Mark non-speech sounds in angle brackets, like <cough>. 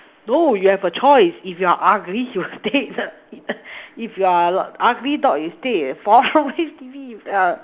no you have a choice if you're ugly you stay <noise> if you're ugly dog you stay at <noise> four room H_D_B you uh